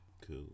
Cool